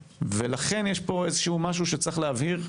לכן יש פה איזשהו משהו שצריך להבהיר.